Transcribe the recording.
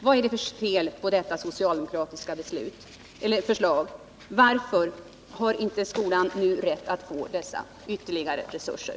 Vad är det för fel på detta socialdemokratiska förslag? Varför har inte skolan nu rätt att få dessa ytterligare resurser?